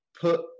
put